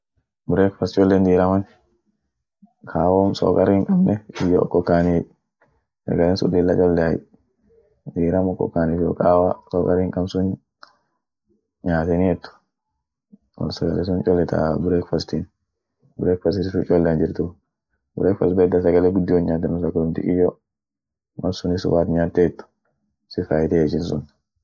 Brekfast chollen diraman, kahawum sokari hin kabne iyo okokanii sagalen sun lilla cholleay, diram okokanif iyo kawa sokari hinkabn sun nyaateniet, mal sagale sunt cholle ta brekfastin, brekfast ishi sur chollea hinjirtu, brekfast beda sagale gudio hin nyaatenu, sagalum dikiyo malsuni sun woat nyaatet sifaetiey ishin sun.